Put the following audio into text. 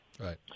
Right